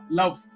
love